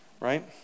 Right